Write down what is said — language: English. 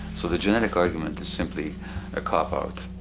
so, the genetic argument is simply a cop-out